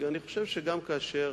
אני חושב שגם כאשר